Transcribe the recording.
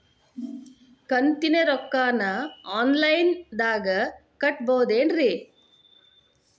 ಕಂತಿನ ರೊಕ್ಕನ ಆನ್ಲೈನ್ ದಾಗ ಕಟ್ಟಬಹುದೇನ್ರಿ?